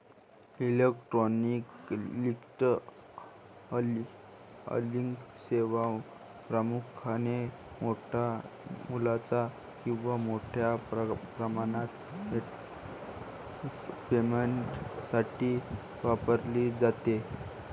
electronic clearing सेवा प्रामुख्याने मोठ्या मूल्याच्या किंवा मोठ्या प्रमाणात पेमेंटसाठी वापरली जाते